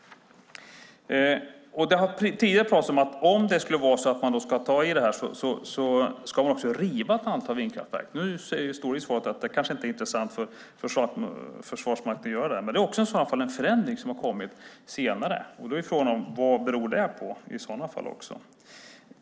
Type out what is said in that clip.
Det har tidigare pratats om att om det skulle vara så att man ska ta tag i detta ska man också riva ett antal vindkraftverk. Det kanske inte är intressant för Försvarsmakten att göra. Men det är i så fall också en förändring som har kommit senare. Då är frågan: Vad beror det på?